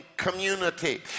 community